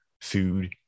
food